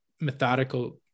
methodical